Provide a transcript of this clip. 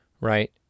right